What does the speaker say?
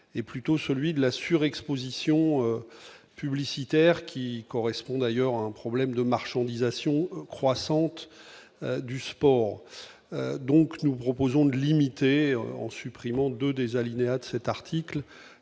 est plutôt celui de la surexposition publicitaire qui correspond d'ailleurs un problème de marchandisation croissante du sport, donc nous proposons de limiter en supprimant 2 des alinéa de cet article,